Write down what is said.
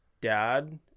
dad